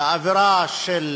באווירה של